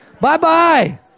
Bye-bye